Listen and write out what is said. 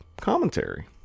commentary